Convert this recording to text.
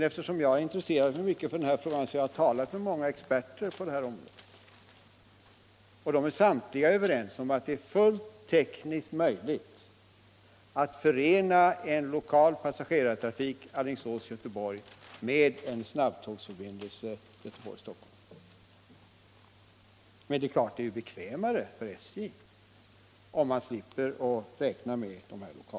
Eftersom jag har intresserat mig mycket för denna fråga har jag emellertid talat med många experter på detta område, och samtliga är överens om att det är fullt tekniskt möjligt att förena dessa två slag av trafik. Men det är naturligtvis bekvämare för SJ att slippa räkna med lokaltåg.